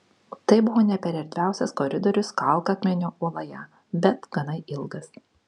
tai buvo ne per erdviausias koridorius kalkakmenio uoloje bet gana ilgas